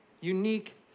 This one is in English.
unique